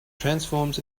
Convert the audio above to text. transforms